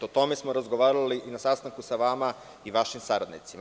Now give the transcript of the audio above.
O tome smo razgovarali i na sastanku sa vama i vašim saradnicima.